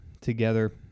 together